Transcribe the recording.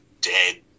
dead